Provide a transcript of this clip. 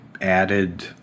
added